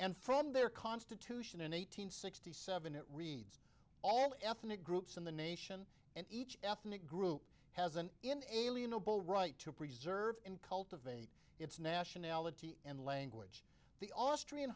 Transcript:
and from their constitution and eight hundred sixty seven it reads all ethnic groups in the nation and each ethnic group has an inalienable right to preserve and cultivate its nationality and language the austrian